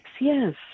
yes